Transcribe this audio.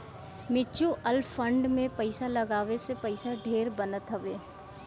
mutual fund में पईसा लगावे से पईसा ढेर बनत हवे